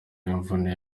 imvune